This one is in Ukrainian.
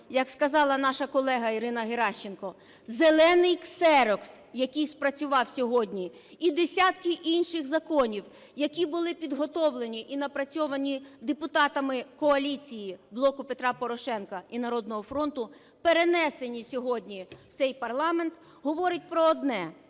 як сказала наша колега Ірина Геращенко, "зелений ксерокс", який спрацював сьогодні і десятки інших законів, які були підготовлені і напрацьовані депутатами коаліції "Блоку Петра Порошенка" і "Народного фронту" перенесені сьогодні в цей парламент, говорить про одне,